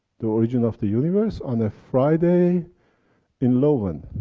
the origin of the universe, on a friday in loven,